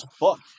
fuck